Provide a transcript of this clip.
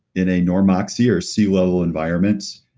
in a normoxia or sea level environment,